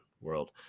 world